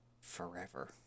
forever